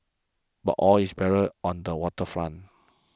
but all is barren on the Water Front